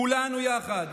כולנו יחד,